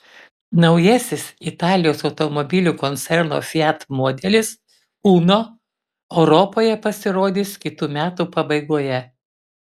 naujasis italijos automobilių koncerno fiat modelis uno europoje pasirodys kitų metų pabaigoje